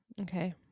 okay